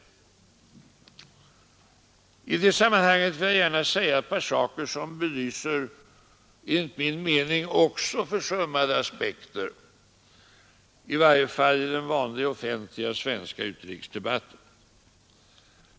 I det sammanhanget vill jag gärna nämna ett par saker som också de belyser enligt min mening försummade aspekter, i varje fall i den vanliga offentliga svenska utrikesdebatten.